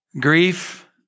Grief